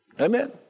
Amen